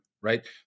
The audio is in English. right